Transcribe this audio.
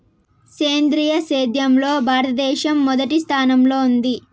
సేంద్రీయ సేద్యంలో భారతదేశం మొదటి స్థానంలో ఉంది